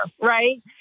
right